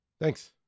Thanks